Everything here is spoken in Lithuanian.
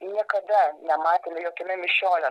niekada nematėme jokiame mišiole